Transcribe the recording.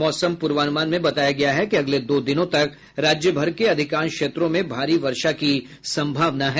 मौसम पूर्वानुमान में बताया गया है कि अगले दो दिनों तक राज्यभर के अधिकांश क्षेत्रों में भारी वर्षा की सम्भावना है